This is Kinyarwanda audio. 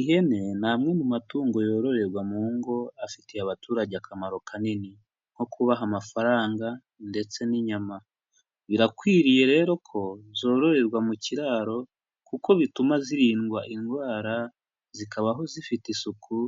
Ihene ni amwe mu matungo yororerwa mu ngo afitiye abaturage akamaro kanini nko kubaha amafaranga ndetse n'inyama, birakwiriye rero ko zororerwa mu kiraro kuko bituma zirindwa indwara, zikabaho zifite isuku,